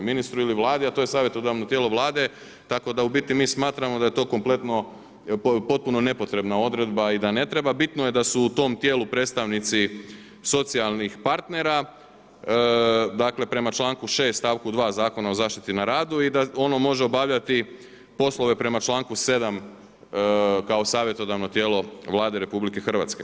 Ministru ili Vladi, a to je savjetodavno tijelo Vlade tako da u biti mi smatramo da je to kompletno potpuno nepotrebna odredba i da ne treba, bitno je da su u tom tijelo predstavnici socijalnih partnera, dakle prema članku 6. stavku 2. Zakona o zaštiti na radu i d ono može obavljati poslove prema članku 7. kao savjetodavno tijelo Vlade RH.